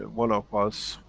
and one of us,